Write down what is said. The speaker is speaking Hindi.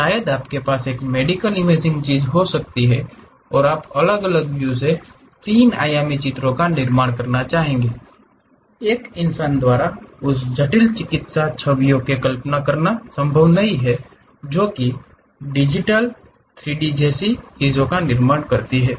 शायद आपके पास एक मेडिकल इमेजिंग चीज़ हो सकती है और आप अलग अलग व्यू से 3 आयामी चित्रों का निर्माण करना चाहेंगे एक इंसान द्वारा उस जटिल चिकित्सा छवियों की कल्पना करना संभव नहीं है जो कि 3 डी जैसी किसी चीज़ का निर्माण करती है